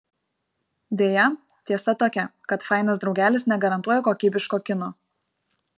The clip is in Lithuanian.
deja tiesa tokia kad fainas draugelis negarantuoja kokybiško kino